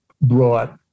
brought